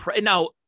now